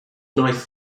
nice